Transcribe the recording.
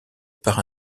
par